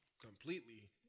completely